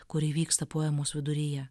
kuri vyksta poemos viduryje